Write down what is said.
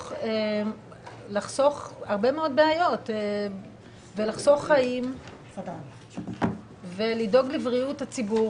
לחסוך הרבה מאוד בעיות ולחסוך חיים ולדאוג לבריאות הציבור